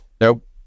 Nope